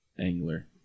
angler